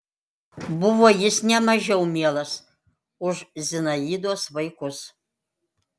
buvo jis ne mažiau mielas už zinaidos vaikus